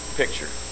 picture